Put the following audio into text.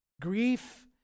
grief